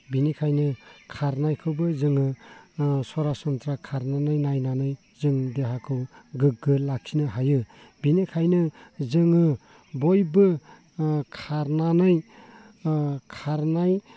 बिनिखायनो खारनायखोबो जोङो सरासनस्रा खारनानै नायनानै जों देहाखौ गोग्गो लाखिनो हायो बिनिखायनो जोङो बयबो खारनानै खारनाय